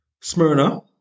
Smyrna